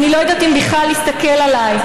אני לא יודעת אם בכלל הסתכל עליי,